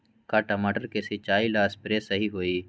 का टमाटर के सिचाई ला सप्रे सही होई?